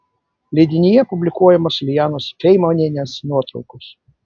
leidinyje publikuojamos lijanos feimanienės nuotraukos